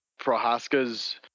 Prohaska's